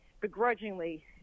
begrudgingly